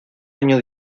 año